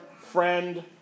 friend